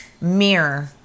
mirror